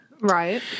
Right